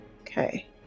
Okay